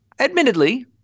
Admittedly